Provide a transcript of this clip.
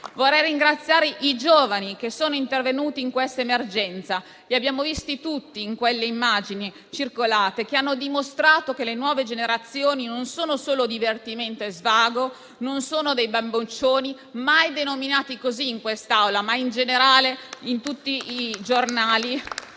Vorrei ringraziare i giovani che sono intervenuti in questa emergenza. Li abbiamo visti tutti, in quelle immagini che sono circolate; hanno dimostrato che le nuove generazioni non sono solo divertimento e svago, non sono dei bamboccioni (mai denominati così in quest'Aula, ma in generale su tutti i giornali),